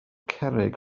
cerrig